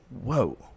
Whoa